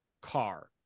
car